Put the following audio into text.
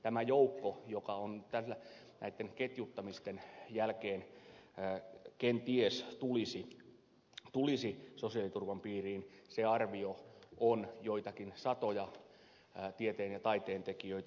tämä joukko joka näitten ketjuttamisten jälkeen kenties tulisi sosiaaliturvan piiriin on arviolta joitakin satoja tieteen ja taiteen tekijöitä